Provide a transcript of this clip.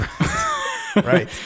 right